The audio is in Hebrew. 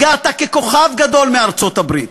הגעת ככוכב גדול מארצות-הברית,